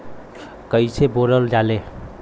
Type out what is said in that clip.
कईसे बोवल जाले?